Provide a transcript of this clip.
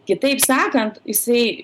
kitaip sakant jisai